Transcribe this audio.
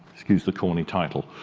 excuse the corny title